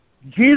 Jesus